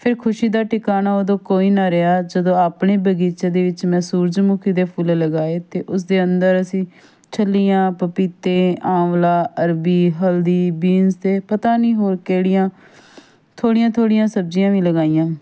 ਫਿਰ ਖੁਸ਼ੀ ਦਾ ਟਿਕਾਣਾ ਉਦੋਂ ਕੋਈ ਨਾ ਰਿਹਾ ਜਦੋਂ ਆਪਣੇ ਬਗੀਚੇ ਦੇ ਵਿੱਚ ਮੈਂ ਸੂਰਜਮੁਖੀ ਦੇ ਫੁੱਲ ਲਗਾਏ ਅਤੇ ਉਸਦੇ ਅੰਦਰ ਅਸੀਂ ਛੱਲੀਆਂ ਪਪੀਤੇ ਆਂਵਲਾ ਅਰਬੀ ਹਲਦੀ ਬੀਨਸ ਅਤੇ ਪਤਾ ਨਹੀਂ ਹੋਰ ਕਿਹੜੀਆਂ ਥੋੜ੍ਹੀਆਂ ਥੋੜ੍ਹੀਆਂ ਸਬਜ਼ੀਆਂ ਵੀ ਲਗਾਈਆਂ